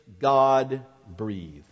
God-breathed